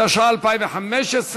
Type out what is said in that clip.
התשע"ה 2015,